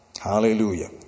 hallelujah